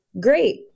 great